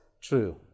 true